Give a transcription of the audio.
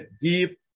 deep